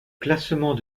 classement